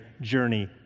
journey